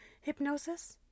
Hypnosis